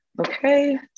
Okay